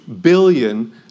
billion